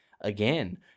again